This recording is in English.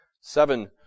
Seven